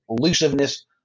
elusiveness